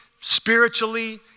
spiritually